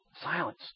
Silence